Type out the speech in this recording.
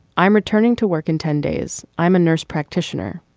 i'm returning to work in ten days. i'm a nurse practitioner.